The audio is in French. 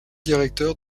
directeur